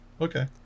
okay